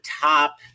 top